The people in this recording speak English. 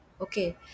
okay